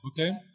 Okay